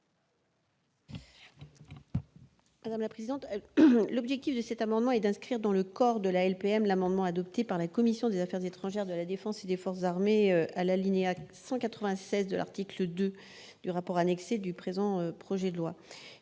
Conway-Mouret. L'objet de cet amendement est d'inscrire dans le corps de la LPM le dispositif de l'amendement adopté par la commission des affaires étrangères, de la défense et des forces armées, à l'alinéa 196 de l'article 2 du rapport annexé au présent projet de loi.